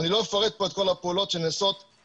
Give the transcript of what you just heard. אני לא אפרט פה את כל הפעולות שנעשות בנושא